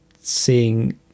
seeing